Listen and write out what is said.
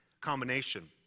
combination